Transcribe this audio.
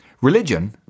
Religion